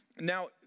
Now